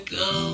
go